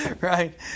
right